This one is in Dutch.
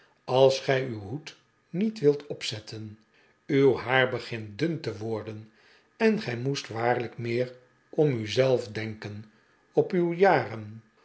als gij uw hoed niet wilt opzetten uw haar begint dun te worden gij moest waarlijk meer om u zelf denken op uw jaren